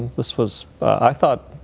this was, i thought,